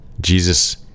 Jesus